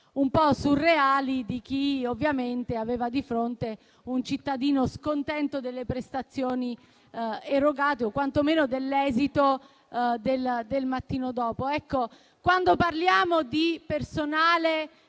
un po' surreali di chi ovviamente aveva di fronte un cittadino scontento delle prestazioni erogate o quantomeno dell'esito del mattino dopo. Ecco, quando parliamo di personale